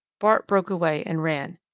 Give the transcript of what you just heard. bart broke away and ran.